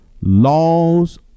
Laws